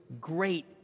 great